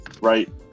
right